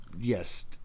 yes